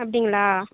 அப்படிங்களா